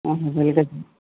অঁ সেইফালেকে যাম